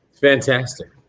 Fantastic